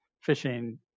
fishing